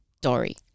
Dory